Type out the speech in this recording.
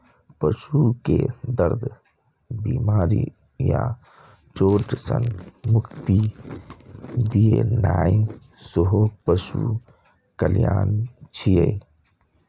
पशु कें दर्द, बीमारी या चोट सं मुक्ति दियेनाइ सेहो पशु कल्याण छियै